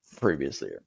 previously